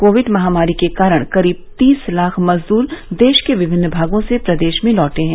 Covid महामारी के कारण करीब तीस लाख मजद्र देश के विभिन्न् भागों से प्रदेश में लौटे हैं